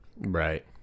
Right